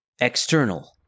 External